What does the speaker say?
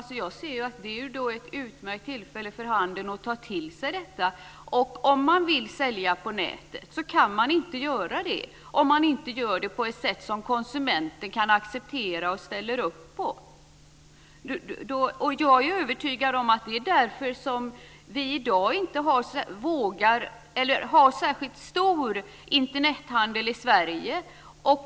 Fru talman! Jag ser ett utmärkt tillfälle för handeln att ta till sig detta. Om man vill sälja på nätet, går det inte om man inte gör det på ett sätt som konsumenten kan acceptera och ställer upp på. Jag är övertygad om att det är därför vi i dag inte har särskilt stor Internethandel i Sverige.